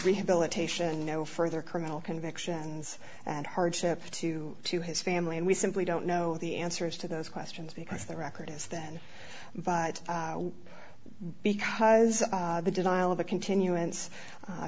rehabilitation no further criminal convictions and hardship to to his family and we simply don't know the answers to those questions because the record is then but because the denial of a continu